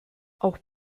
auch